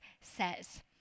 says